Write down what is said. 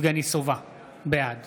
יבגני סובה, בעד